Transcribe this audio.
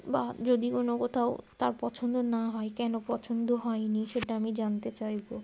বা যদি কোনো কোথাও তার পছন্দ না হয় কেন পছন্দ হয়নি সেটা আমি জানতে চাইব